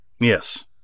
Yes